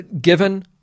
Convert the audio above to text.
given